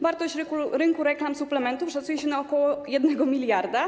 Wartość rynku reklam suplementów szacuje się na ok. 1 mld.